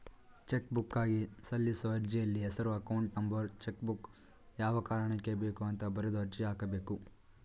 ಚೆಕ್ಬುಕ್ಗಾಗಿ ಸಲ್ಲಿಸೋ ಅರ್ಜಿಯಲ್ಲಿ ಹೆಸರು ಅಕೌಂಟ್ ನಂಬರ್ ಚೆಕ್ಬುಕ್ ಯಾವ ಕಾರಣಕ್ಕೆ ಬೇಕು ಅಂತ ಬರೆದು ಅರ್ಜಿ ಹಾಕಬೇಕು